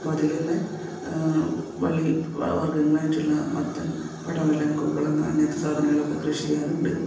അപ്പോൾ അതിൽ തന്നെ വള്ളി വർഗങ്ങളായിട്ടുള്ള മത്തൻ പടവലം കുമ്പളങ്ങ ഇങ്ങനത്തെ സാധനങ്ങളൊക്കെ കൃഷി ചെയ്യാറുണ്ട്